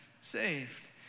saved